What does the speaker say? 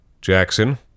Jackson